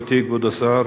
גברתי, כבוד השר,